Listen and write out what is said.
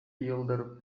yıldır